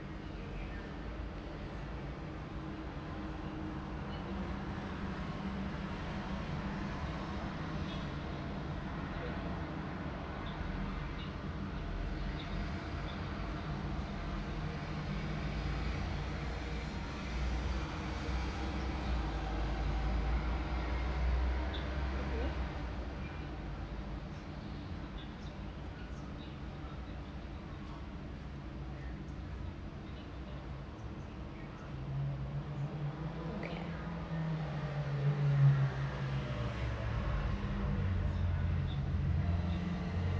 mmhmm okay